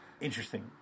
interesting